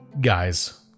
guys